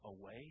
away